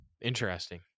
Interesting